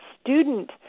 student